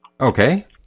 Okay